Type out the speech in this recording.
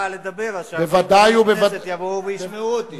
כי אם אני כבר בא לדבר אז שחברי הכנסת יבואו וישמעו אותי.